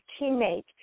teammate